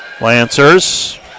Lancers